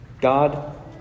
God